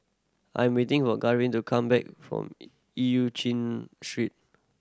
I'm waiting for Garvin to come back from Eu Chin Street